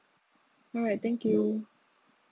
alright thank you